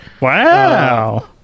Wow